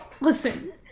listen